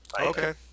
okay